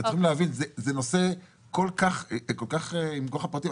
אתם צריכים להבין, זה נושא עם כל כך הרבה פרטים.